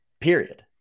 period